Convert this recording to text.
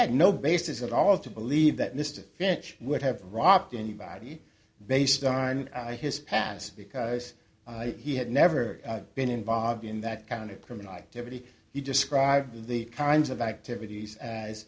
had no basis at all to believe that mr finch would have robbed anybody based on his past because i he had never been involved in that kind of criminal activity you describe the kinds of activities as